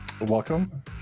welcome